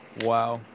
Wow